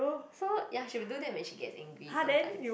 so ya she will do that when she get angry sometimes